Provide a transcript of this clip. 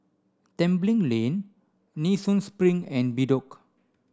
Tembeling Lane Nee Soon Spring and Bedok